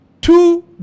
two